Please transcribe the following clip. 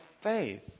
faith